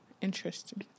interesting